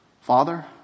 Father